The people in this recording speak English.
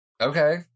Okay